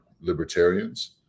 libertarians